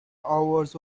hours